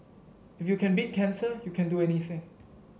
if you can beat cancer you can do anything